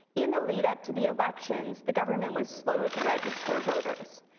in the lead up to the elections, the government was slow to register voters.